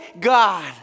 God